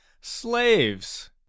Slaves